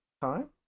time